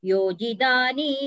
Yojidani